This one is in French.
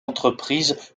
entreprises